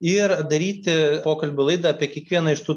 ir daryti pokalbių laidą apie kiekvieną iš tų